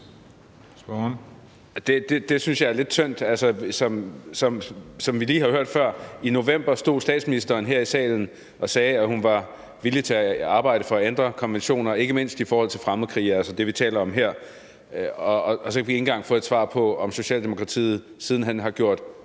Det synes jeg er lidt tyndt. Som vi lige har hørt før, stod statsministeren i november her i salen og sagde, at hun var villig til at arbejde for at ændre konventioner og ikke mindst i forhold til fremmedkrigere – altså det, vi taler om her – og så kan vi ikke engang få et svar på, om Socialdemokratiet siden hen har gjort